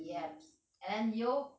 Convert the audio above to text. yup and then you